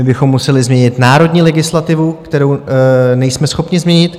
My bychom museli změnit národní legislativu, kterou nejsme schopni změnit.